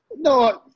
No